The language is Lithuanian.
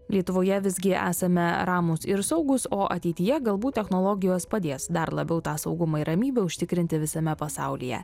lietuvoje visgi esame ramūs ir saugūs o ateityje galbūt technologijos padės dar labiau tą saugumą ir ramybę užtikrinti visame pasaulyje